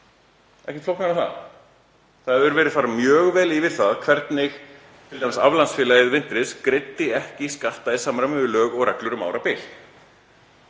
ekkert flóknara en það. Það hefur verið farið mjög vel yfir það hvernig aflandsfélagið Wintris greiddi t.d. ekki skatta í samræmi við lög og reglur um árabil.